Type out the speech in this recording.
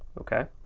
okay?